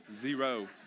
Zero